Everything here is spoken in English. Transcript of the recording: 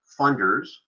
funders